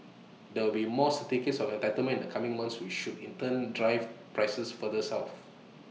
there will be more certificates of entitlement in the coming months which should in turn drive prices further south